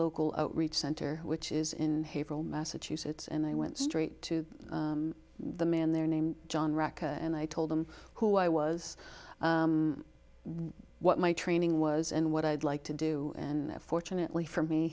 local outreach center which is in massachusetts and i went straight to the man there named john rocca and i told him who i was what my training was and what i'd like to do and fortunately for me